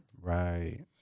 Right